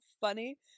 funny